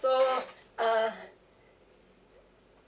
so uh